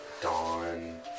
dawn